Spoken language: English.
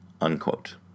Unquote